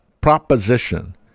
proposition